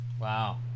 Wow